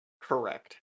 Correct